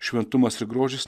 šventumas ir grožis